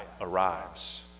arrives